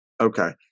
Okay